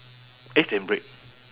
eggs and bread